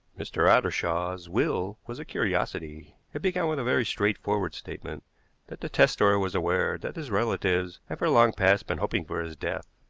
mr. ottershaw's will was a curiosity. it began with a very straightforward statement that the testator was aware that his relatives had for long past been hoping for his death.